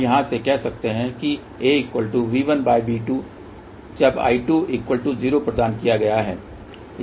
हम यहाँ से कह सकते हैं कि AV1V2 जव I20 प्रदान किया है